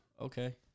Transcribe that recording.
Okay